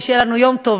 ושיהיה לנו יום טוב,